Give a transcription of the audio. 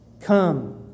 Come